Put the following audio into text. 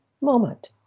moment